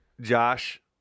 Josh